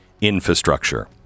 infrastructure